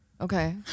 okay